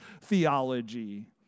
theology